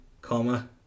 comma